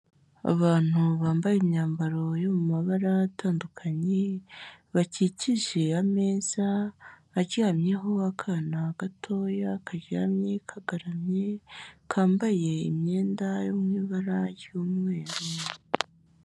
Abantu bambaye imyambaro yo mu mabara atandukanye, bakikije ameza aryamyeho akana gatoya, karyamye kagaramye, kambaye imyenda yo mu ibara ry'umweru.